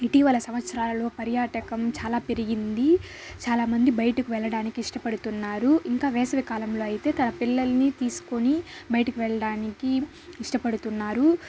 ఇటీవల సంవత్సరాలలో పర్యాటకం చాలా పెరిగింది చాలామంది బయటకు వెళ్ళడానికి ఇష్టపడుతున్నారు ఇంకా వేసవి కాలంలో అయితే తమ పిల్లల్ని తీసుకొని బయటకు వెళ్ళడానికి ఇష్టపడుతున్నారు